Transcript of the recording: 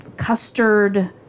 custard